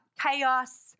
chaos